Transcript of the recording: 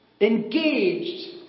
engaged